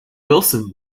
wilson